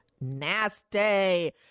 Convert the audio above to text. nasty